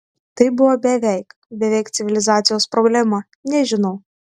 tai buvo beveik beveik civilizacijos problema nežinau